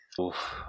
Oof